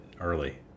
early